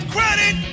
Credit